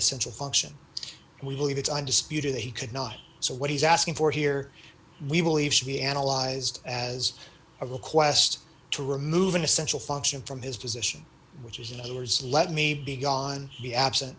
essential function we believe it's undisputed that he could not so what he's asking for here we believe should be analyzed as a request to remove an essential function from his position which is in other words let me be gone be absent